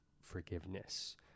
forgiveness